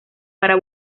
para